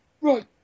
Right